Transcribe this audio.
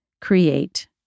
create